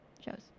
shows